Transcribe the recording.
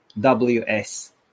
WS